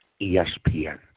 ESPN